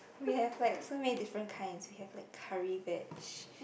we have like so many different kinds we have like curry veg